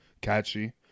catchy